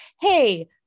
Hey